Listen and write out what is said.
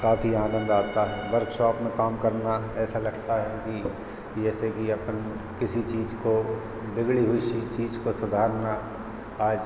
काफ़ी आनंद आता है वर्कशॉप में काम करना ऐसा लगता है कि कि जैसे कि अपन किसी चीज़ को बिगड़ी हुई सी चीज़ को सुधारना आज